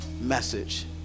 message